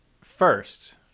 First